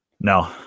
No